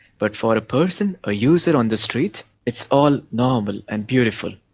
but for a person, a user on the street, it's all normal and beautiful.